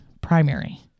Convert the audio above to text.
primary